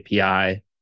API